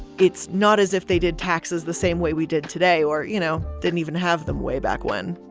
it's not as if they did taxes the same way we did today, or you know, didn't even have them way-back-when.